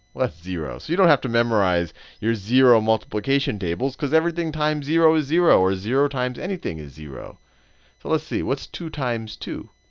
zero. so you don't have to memorize your zero multiplication tables because everything times zero is zero, or zero times anything is zero. so let's see. what's two times two?